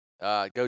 go